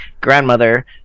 grandmother